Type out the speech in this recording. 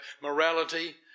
morality